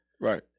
Right